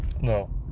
No